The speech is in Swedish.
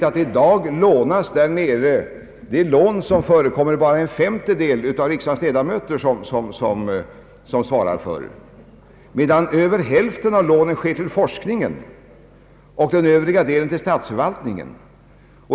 Av de lån som i dag förekommer är det bara en femtedel som riksdagens ledamöter svarar för, medan över hälften av lånen går till forskningen och den övriga delen till statsförvaltningen.